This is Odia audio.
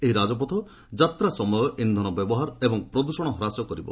ଏହି ରାଜପଥ ଯାତ୍ରା ସମୟ ଇନ୍ଧନ ବ୍ୟବହାର ଓ ପ୍ରଦୃଷଣ ହ୍ରାସ କରିବ